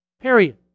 period